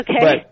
Okay